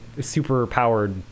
super-powered